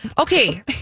Okay